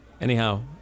Anyhow